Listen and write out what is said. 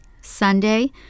Sunday